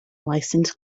licensed